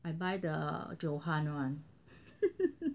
I buy the Johan [one]